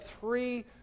three